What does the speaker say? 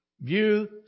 view